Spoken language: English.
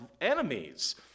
enemies